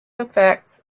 effects